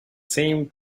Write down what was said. same